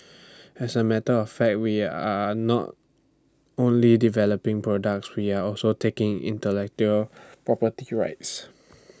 as A matter of fact we are not only developing products we are also taking intellectual property rights